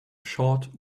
short